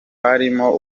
harimo